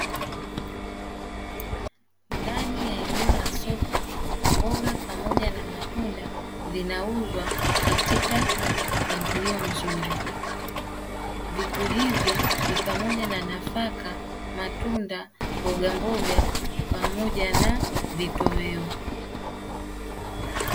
Ndani ya eneo la soko mboga pamoja na matunda vinauzwa katika mpangilio mzuri, vitu hivi ni pamoja na nafaka, matunda, mbogamboga pamoja na vitoweo.